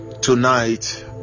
tonight